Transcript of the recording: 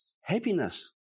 happiness